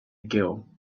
girl